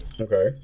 Okay